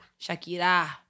Shakira